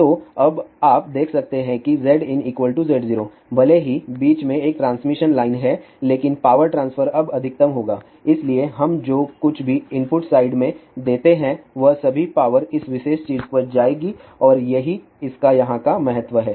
तो अब आप देख सकते हैं कि Zin Z0 भले ही बीच में एक ट्रांसमिशन लाइन है लेकिन पावर ट्रांसफर अब अधिकतम होगा इसलिए हम जो कुछ भी इनपुट साइड में देते हैं वह सभी पावर इस विशेष चीज पर जाएगी और यही इसका यहाँ का महत्व है